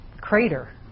crater